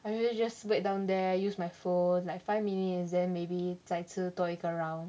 I usually just wait down there use my phone like five minutes then maybe 再吃多一个 round